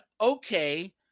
okay